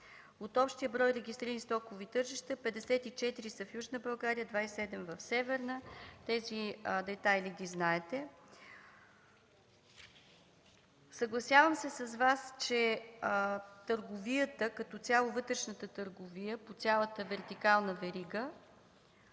От общия брой регистрирани стокови тържища 54 са в Южна, 27 – в Северна България. Тези детайли ги знаете. Съгласявам се с Вас, че търговията като цяло, вътрешната търговия по цялата вертикална верига